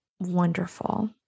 wonderful